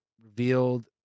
revealed